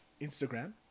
Instagram